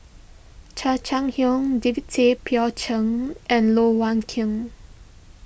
Chan Chang How David Tay Poey Cher and Loh Wai Kiew